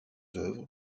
oeuvres